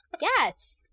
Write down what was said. yes